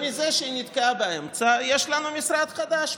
מזה שהיא נתקעה באמצע יש לנו משרד חדש,